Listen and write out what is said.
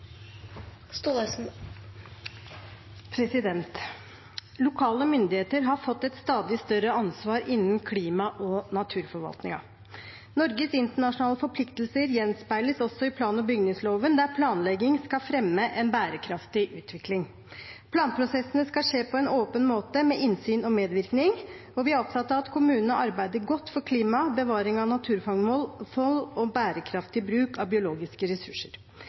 Lokale myndigheter har fått et stadig større ansvar for klimaarbeid og naturforvaltning. Norges internasjonale forpliktelser gjenspeiles også i plan- og bygningsloven, der planlegging skal fremme en bærekraftig utvikling. Planprosessene skal skje på en åpen måte, med innsyn og medvirkning. Vi er opptatt av at kommunene arbeider godt for klimaet, bevaring av naturmangfold og bærekraftig bruk av biologiske ressurser.